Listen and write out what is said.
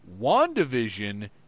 WandaVision